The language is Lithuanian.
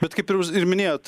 bet kaip ir jūs ir minėjot